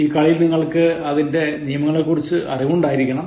ഈ കളിയിൽ നിങ്ങൾക്ക് അതിന്റെ നിയമങ്ങളെക്കുറിച്ച് അറിവുണ്ടാരിക്കണം